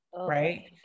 right